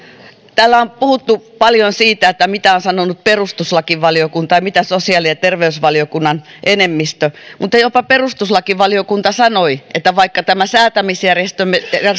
täällä on puhuttu paljon siitä mitä on sanonut perustuslakivaliokunta ja mitä sosiaali ja terveysvaliokunnan enemmistö mutta jopa perustuslakivaliokunta sanoi että vaikka tämä säätämisjärjestys